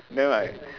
then like